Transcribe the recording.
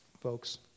Folks